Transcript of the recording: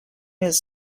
his